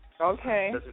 okay